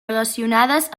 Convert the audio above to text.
relacionades